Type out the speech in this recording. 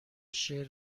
شعر